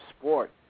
sport